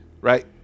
Right